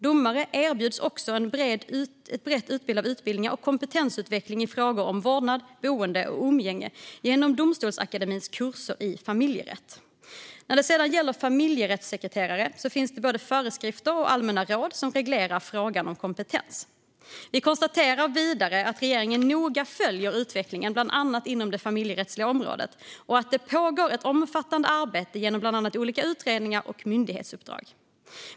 Domare erbjuds också ett brett utbud av utbildningar och kompetensutveckling i frågor om vårdnad, boende och umgänge genom Domstolsakademins kurser i familjerätt. När det sedan gäller familjerättssekreterare finns det både föreskrifter och allmänna råd som reglerar frågan om kompetens. Vi konstaterar vidare att regeringen noga följer utvecklingen inom bland annat det familjerättsliga området och att det pågår ett omfattande arbete genom bland annat olika utredningar och myndighetsuppdrag.